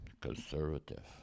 conservative